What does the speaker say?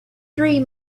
three